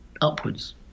upwards